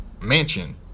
Mansion